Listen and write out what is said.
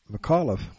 McAuliffe